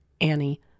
Annie